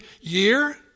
year